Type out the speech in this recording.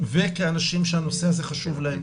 וכאנשים שהנושא הזה חשוב להם,